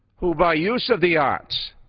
who by use of the arts,